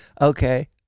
Okay